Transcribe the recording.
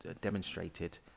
demonstrated